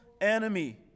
enemy